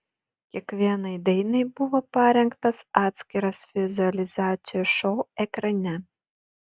kiekvienai dainai buvo parengtas atskiras vizualizacijų šou ekrane